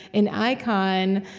an icon,